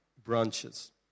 branches